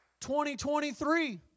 2023